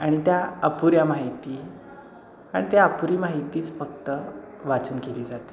आणि त्या अपुऱ्या माहिती आणि त्या अपुरी माहितीच फक्त वाचन केली जाते